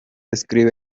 escribe